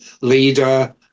leader